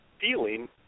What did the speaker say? feeling